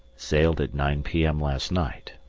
sailed at nine p m. last night,